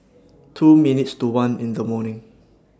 two minutes to one in The morning